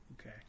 okay